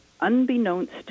unbeknownst